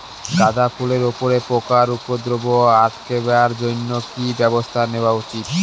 গাঁদা ফুলের উপরে পোকার উপদ্রব আটকেবার জইন্যে কি ব্যবস্থা নেওয়া উচিৎ?